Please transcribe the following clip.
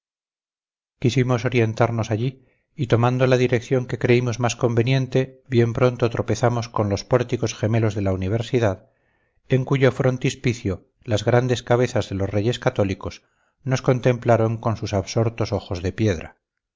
quisimos orientarnos allí y tomando la dirección que creímos más conveniente bien pronto tropezamos con los pórticos gemelos de la universidad en cuyo frontispicio las grandes cabezas de los reyes católicos nos contemplaron con sus absortos ojos de piedra